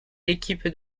l’équipe